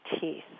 teeth